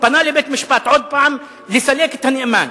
הוא פנה לבית-המשפט עוד הפעם, לסלק את הנאמן,